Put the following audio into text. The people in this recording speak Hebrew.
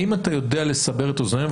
האם אתה יודע לסבר את אוזנינו,